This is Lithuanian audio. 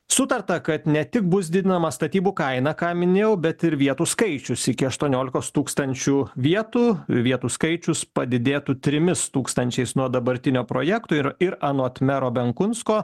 sutarta kad ne tik bus didinama statybų kaina ką minėjau bet ir vietų skaičius iki aštuoniolikos tūkstūkstančių vietų vietų skaičius padidėtų trimis tūkstančiais nuo dabartinio projekto ir ir anot mero benkunsko